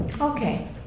Okay